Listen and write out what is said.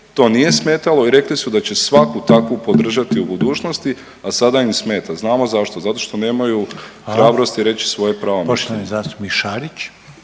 to nije smetalo i rekli su da će svaku takvu podržati u budućnosti, a sada im smeta. Znamo zašto. Zato što nemaju .../Upadica: Hvala./...